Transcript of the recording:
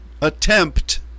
attempt